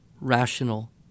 rational